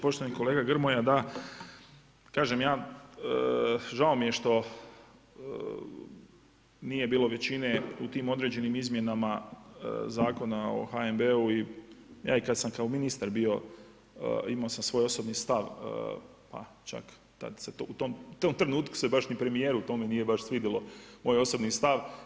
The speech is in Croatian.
Poštovani kolega Grmoja, da, kažem, ja žao mi je što nije bilo većine u tim određenim izmjenama Zakona o HNB-u i ja kad sam i kao ministar bio, imao sam svoj osobni stav, pa čak tad se u tom trenutku se nije ni premjeru tome nije baš svidjelo, moj osobni stav.